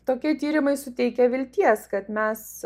tokie tyrimai suteikia vilties kad mes